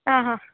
हा हा